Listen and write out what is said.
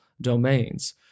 domains